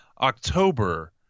October